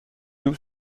nous